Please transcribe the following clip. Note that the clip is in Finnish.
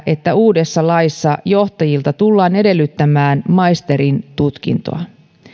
että uudessa laissa johtajilta tullaan edellyttämään maisterin tutkintoa